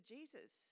Jesus